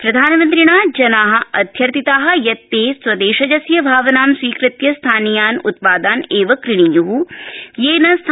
प्राधनमन्त्रिणा जना अध्यर्थिता यत ते स्वदेशजस्य भावनां स्वीकृत्य स्थानीयान उत्पादान एव क्रीणीय्